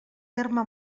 terme